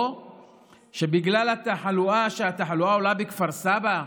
או שבגלל שהתחלואה עולה בכפר סבא,